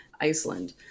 Iceland